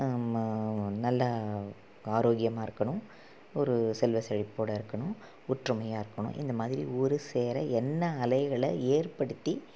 நம்ம நல்ல ஆரோக்கியமாக இருக்கணும் ஒரு செல்வ செழிப்போடு இருக்கணும் ஒற்றுமையாக இருக்கணும் இந்த மாதிரி ஒரு சேர எண்ண அலைகளை ஏற்படுத்தி